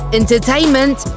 entertainment